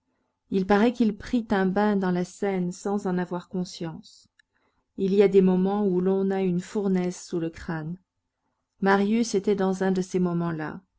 il paraît qu'il prit un bain dans la seine sans en avoir conscience il y a des moments où l'on a une fournaise sous le crâne marius était dans un de ces moments-là